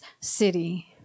city